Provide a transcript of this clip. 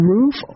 Roof